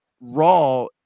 raw